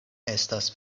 estas